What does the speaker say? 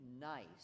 nice